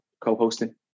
co-hosting